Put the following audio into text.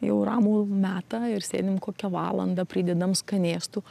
jau ramų metą ir sėdim kokią valandą pridedam skanėstų